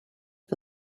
for